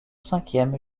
cinquième